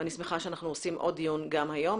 ואני שמחה שאנחנו עושים עוד דיון גם היום,